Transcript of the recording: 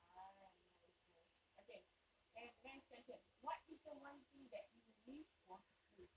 ah nice nice okay then the next question what is the one thing that you wish was free